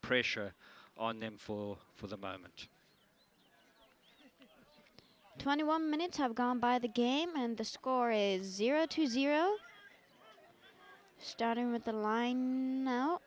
pressure on them for for the moment twenty one minutes have gone by the game and the score is two zero starting with the line